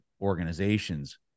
organizations